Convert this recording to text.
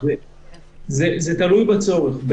זה תלוי בצורך.